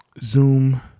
Zoom